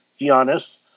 Giannis